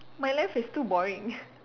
my life is too boring